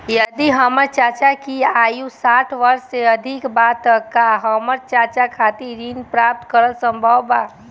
यदि हमर चाचा की आयु साठ वर्ष से अधिक बा त का हमर चाचा खातिर ऋण प्राप्त करल संभव बा